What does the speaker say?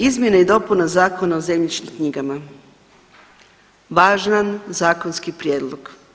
Izmjene i dopuna Zakona o zemljišnim knjigama važan zakonski prijedlog.